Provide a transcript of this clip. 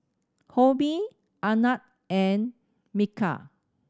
Homi Anand and Milkha